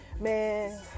man